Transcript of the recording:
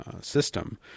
system